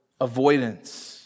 avoidance